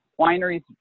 wineries